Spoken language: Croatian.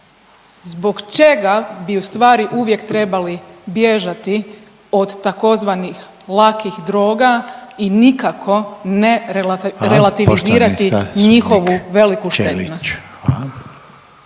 zbog čega bi ustvari uvijek trebali bježati od tzv. lakih droga i nikako ne …/Upadica: Hvala./… relativizirati njihovu veliku štetnost.